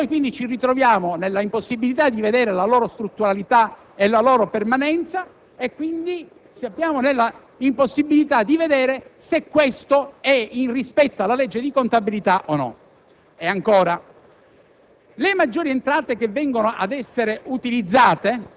il 30 settembre non è stato prodotto e quindi ci ritroviamo nella impossibilità di vedere la loro strutturalità e la loro permanenza e quindi nella impossibilità di valutare se questo è in rispetto alla legge di contabilità o meno.